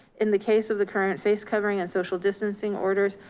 in the case of the current face covering and social distancing orders,